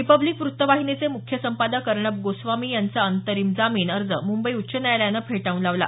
Republic वृत्तवाहिनीचे मुख्य संपादक अर्णब गोस्वामी यांचा अंतरिम जामीन अर्ज मुंबई उच्च न्यायालयानं फेटाळून लावला